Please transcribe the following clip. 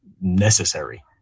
necessary